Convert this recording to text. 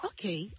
Okay